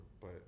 but-